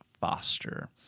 foster